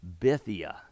Bithia